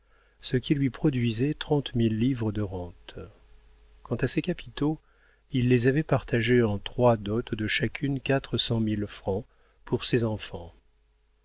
ce qui lui produisait trente mille livres de rente quant à ses capitaux il les avait partagés en trois dots de chacune quatre cent mille francs pour ses enfants